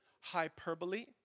Hyperbole